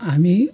हामी